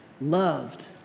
loved